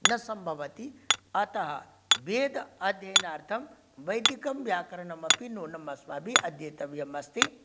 न सम्भवति अतः वेद अध्ययनार्थं वैदिकं व्याकरणम् अपि नूनम् अस्माभिः अध्येतव्यमस्ति